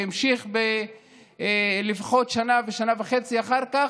והמשיך לפחות שנה-שנה וחצי אחר כך.